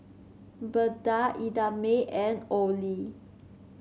Beda Idamae and Olie